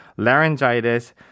Laryngitis